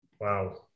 Wow